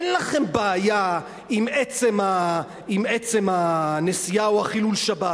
אין לכם בעיה עם עצם הנסיעה או חילול שבת.